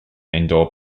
indoor